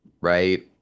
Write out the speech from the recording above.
Right